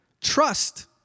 Trust